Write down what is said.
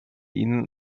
ihnen